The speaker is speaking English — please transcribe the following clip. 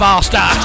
Master